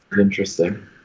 interesting